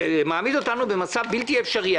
זה מעמיד אותנו במצב בלתי אפשרי.